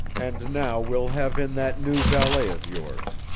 and now we'll have in that new valet of yours.